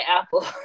apple